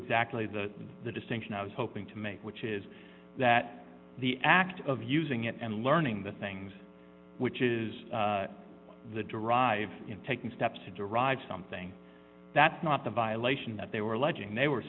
exactly the the distinction i was hoping to make which is that the act of using it and learning the things which is the derive in taking steps to derive something that's not the violation that they were alleging they were